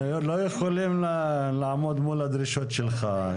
אנחנו לא יכולים לעמוד מול הדרישות שלך.